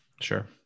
Sure